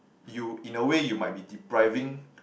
you in a way you might be depriving